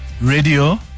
radio